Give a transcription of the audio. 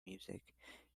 music